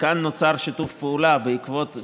וכאן נוצר שיתוף פעולה בעקבות זה.